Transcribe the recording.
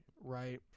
right